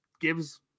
gives